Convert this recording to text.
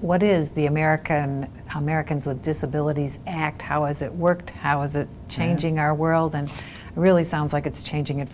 what is the america and americans with disabilities act how is it worked i was changing our world and really sounds like it's changing it